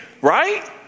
right